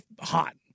hot